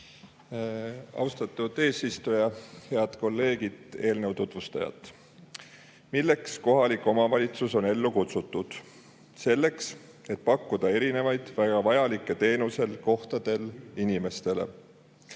Austatud eesistuja! Head kolleegid! Eelnõu tutvustajad! Milleks kohalik omavalitsus on ellu kutsutud? Selleks, et pakkuda erinevaid väga vajalikke teenuseid kohalikele inimestele.